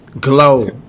Glow